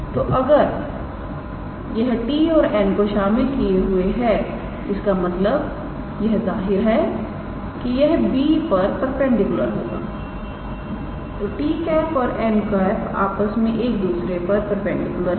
तो अगर यह 𝑡̂ और 𝑛̂ को शामिल किए हुए हैं इसका मतलब यह जाहिर है के यह ̂𝑏 पर परपेंडिकुलर होगा क्योंकि 𝑡̂ और 𝑛̂ आपस में एक दूसरे पर परपेंडिकुलर हैं